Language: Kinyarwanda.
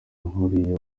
nk’uriya